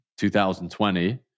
2020